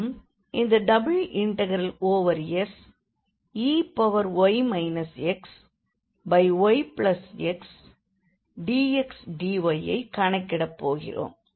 நாம் இந்த Sey xyxdxdy ஐக் கணக்கிடப் போகின்றோம்